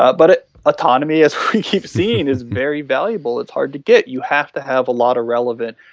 ah but autonomy as we keep seeing is very valuable, it's hard to get. you have to have a lot of relevant,